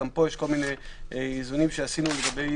גם פה יש כל מיני איזונים שעשינו לגבי